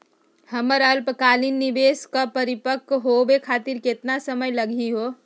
हमर अल्पकालिक निवेस क परिपक्व होवे खातिर केतना समय लगही हो?